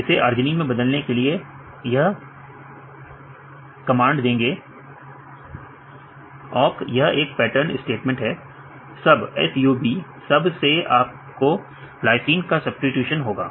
इसे ARG में बदलने के लिए आप यह कमांड देंगे awk यह एक पैटर्न एक्शन स्टेटमेंट है sub से आपके LYS का सब्स्टिटूशन होगा